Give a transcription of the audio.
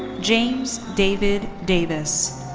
james david davis.